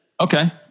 Okay